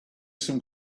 some